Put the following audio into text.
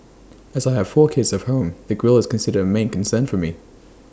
as I have four kids at home the grille is considered A main concern for me